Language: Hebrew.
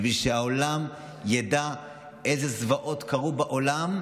בשביל שהעולם ידע אילו זוועות קרו בעולם,